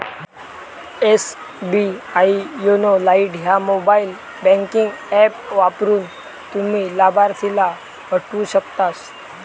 SBI YONO lite ह्या mobile banking app वापरून, तुम्ही लाभार्थीला हटवू शकतास